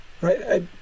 right